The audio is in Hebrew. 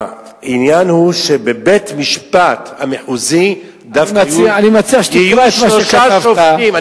העניין הוא שבבית-המשפט המחוזי דווקא יהיו שלושה שופטים.